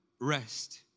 rest